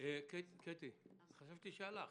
קטי שטרית, בבקשה.